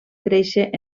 créixer